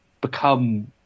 become